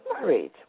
married